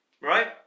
Right